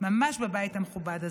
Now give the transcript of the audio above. ממש בבית המכובד הזה.